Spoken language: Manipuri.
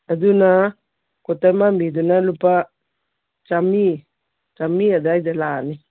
ꯑꯗꯨꯅ ꯀꯣꯇꯟ ꯃꯥꯟꯕꯤꯗꯨꯅ ꯂꯨꯄꯥ ꯆꯥꯝꯃꯔꯤ ꯆꯥꯝꯃꯔꯤ ꯑꯗꯥꯏꯗ ꯂꯥꯛꯑꯅꯤ